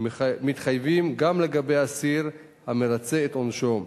מתחייב גם לגבי אסיר המרצה את עונשו,